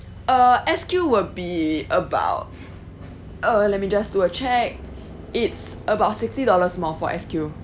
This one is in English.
uh S_Q will be about uh let me just do a check it's about sixty dollars more for S_Q